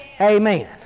Amen